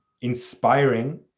inspiring